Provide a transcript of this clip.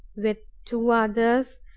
with two others,